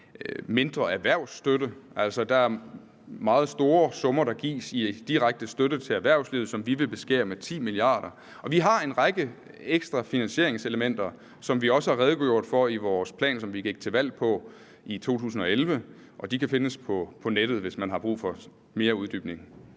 mindre erhvervsstøtte, for der gives meget store summer i direkte støtte til erhvervslivet, som vi vil beskære med 10 mia. kr. Vi har en række ekstra finansieringselementer, som vi også har redegjort for i vores plan, som vi gik til valg på i 2011. Den kan findes på nettet, hvis man har brug for yderligere uddybning.